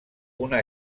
una